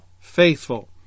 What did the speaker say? faithful